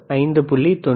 93 5